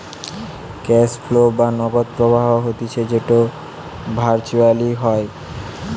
cash flow বা নগদ প্রবাহ হতিছে যেটো ভার্চুয়ালি হয়